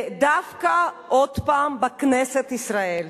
ודווקא עוד פעם בכנסת ישראל,